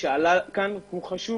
שעלה כאן הוא חשוב.